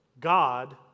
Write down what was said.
God